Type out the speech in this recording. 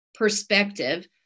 perspective